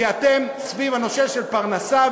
כי סביב הנושא של פרנסה,